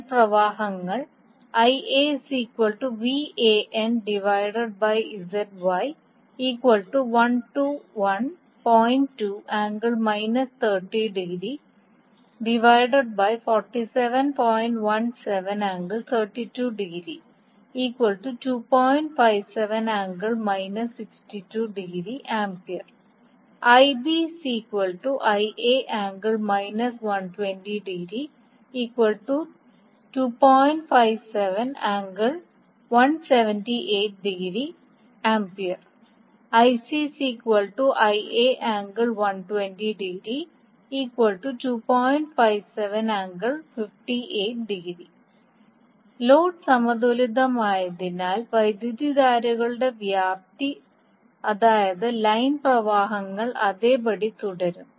line പ്രവാഹങ്ങൾ load സന്തുലിതമായതിനാൽ വൈദ്യുതധാരകളുടെ വ്യാപ്തി അതായത് ലൈൻ പ്രവാഹങ്ങൾ അതേപടി തുടരും